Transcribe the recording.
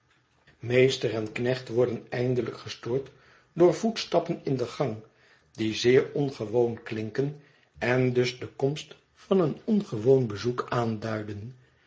meester en knecht worden eindelijk gestoord door voetstappen in den gang die zeer ongewoon klinken en dus de komst van een ongewoon bezoek aanduiden